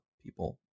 people